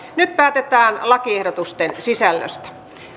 nyt päätetään lakiehdotusten sisällöstä